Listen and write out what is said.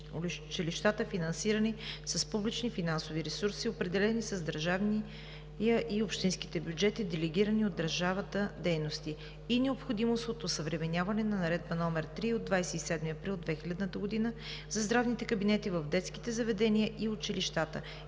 училищата, финансирани с публични финансови ресурси, определени с държавния и общинските бюджети – делегирани от държавата дейности, и необходимост от осъвременяване на Наредба № 3 от 27 април 2000 г. за здравните кабинети в детските заведения и училищата,